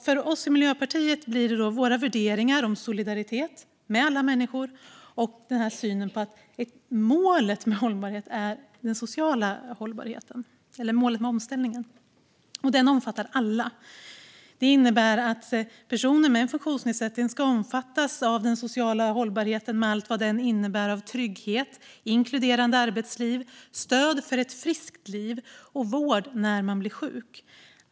Vi i Miljöpartiet utgår då från våra värderingar om solidaritet med alla människor och från synen att målet med omställningen är social hållbarhet. Den omfattar alla. Det innebär att personer med funktionsnedsättning ska omfattas av den sociala hållbarheten med allt vad den innebär av trygghet, inkluderande arbetsliv, stöd för ett friskt liv och vård när man blir sjuk.